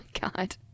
god